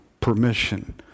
permission